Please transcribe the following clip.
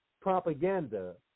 propaganda